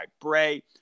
Bray